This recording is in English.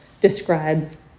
describes